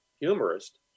humorist